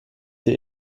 sie